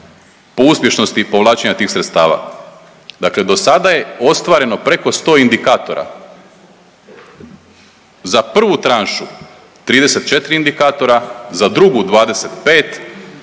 po uspješnosti povlačenja tih sredstava. Dakle, dosada je ostvareno preko 100 indikatora. Za prvu tranšu 34 indikatora, za drugu 25,